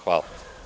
Hvala.